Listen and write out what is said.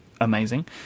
amazing